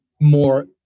more